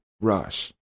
rush